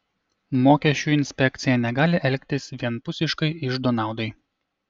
mokesčių inspekcija negali elgtis vienpusiškai iždo naudai